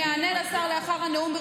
כבוד היו"ר, אני אענה לשר לאחר הנאום.